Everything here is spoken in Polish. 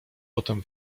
potem